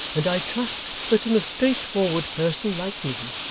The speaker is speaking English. and i trust that in a straightforward person like me,